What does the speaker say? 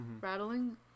rattling